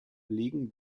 legen